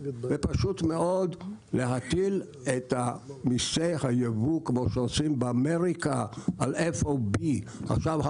זה פשוט מאוד להטיל את מסי הייבוא כמו שעושים באמריקה על FOB. עכשיו,